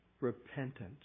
repentance